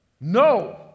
No